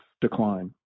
decline